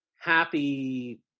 happy